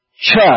church